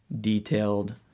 detailed